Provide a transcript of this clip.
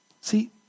See